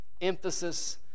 emphasis